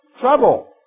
Trouble